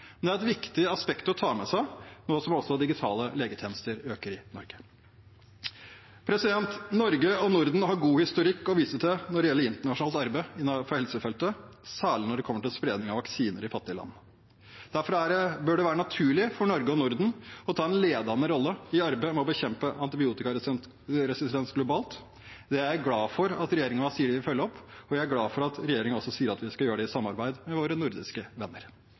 det er et viktig aspekt å ta med seg nå som også digitale legetjenester øker i Norge. Norge og Norden har god historikk å vise til når det gjelder internasjonalt arbeid innenfor helsefeltet, særlig når det gjelder spredning av vaksiner i fattige land. Derfor bør det være naturlig for Norge og Norden å ta en ledende rolle i arbeidet med å bekjempe antibiotikaresistens globalt. Det er jeg glad for at regjeringen sier den vil følge opp, og jeg er glad for at regjeringen også sier at vi skal gjøre det i samarbeid med våre nordiske venner.